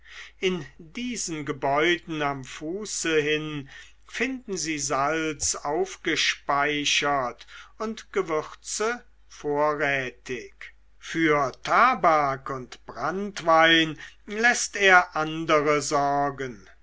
in diesen gebäuden am fuße hin finden sie salz aufgespeichert und gewürze vorrätig für tabak und branntwein läßt er andere sorgen